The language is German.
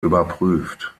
überprüft